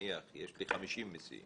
נניח יש לי 50 מסיעים.